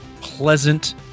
pleasant